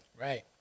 Right